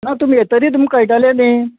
ना तुमी येतरी तुमकां कळटलें न्ही